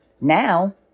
Now